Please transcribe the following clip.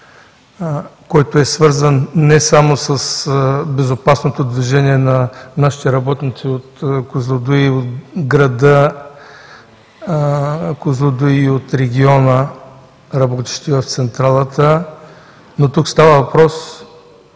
който е свързан не само с безопасното движение на нашите работници от града Козлодуй и от региона, работещи в Централата, но тук става въпрос